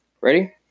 Ready